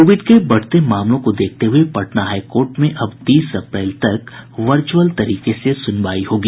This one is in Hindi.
कोविड के बढ़ते मामलों को देखते हुये पटना हाई कोर्ट में अब तीस अप्रैल तक वर्चुअल तरीके से सुनवाई होगी